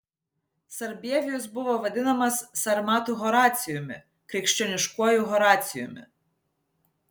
sarbievijus buvo vadinamas sarmatų horacijumi krikščioniškuoju horacijumi